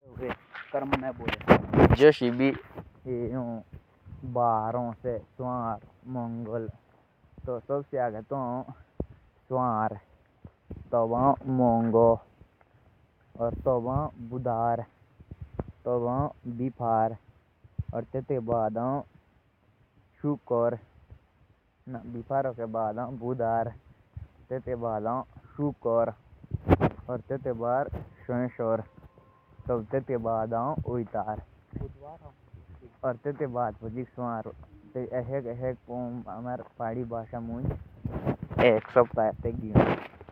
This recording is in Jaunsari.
सुवार, मौगो, बुधर, बिफर, शुक्र, शोइसार, ओइतार।